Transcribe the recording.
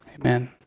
Amen